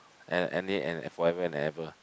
and any an appointment and ever